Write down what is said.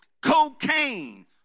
Cocaine